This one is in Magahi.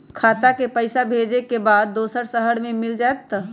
खाता के पईसा भेजेए के बा दुसर शहर में मिल जाए त?